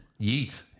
yeet